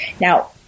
Now